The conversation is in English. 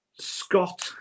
scott